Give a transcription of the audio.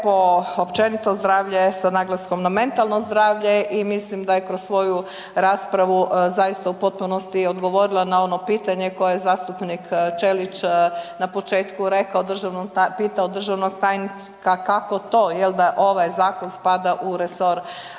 po općenito zdravlje sa naglaskom na mentalno zdravlje i mislim da je kroz svoju raspravu zaista u potpunosti odgovorila na ono pitanje koje zastupnik Ćelić na početku pitao državnog tajnika kako to da ovaj zakon spada u resor